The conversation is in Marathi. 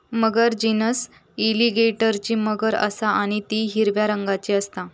मगर जीनस एलीगेटरची मगर असा आणि ती हिरव्या रंगाची असता